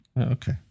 Okay